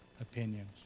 opinions